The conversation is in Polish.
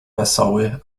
wesoły